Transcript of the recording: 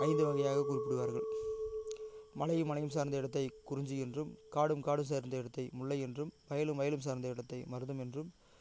ஐந்து வகையாக குறிப்பிடுவார்கள் மலையும் மலையும் சார்ந்த இடத்தை குறிஞ்சி என்றும் காடும் காடு சார்ந்த இடத்தை முல்லை என்றும் வயலும் வயலும் சார்ந்த இடத்தை மருதம் என்றும்